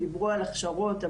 דיברו על הכשרות,